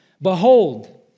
Behold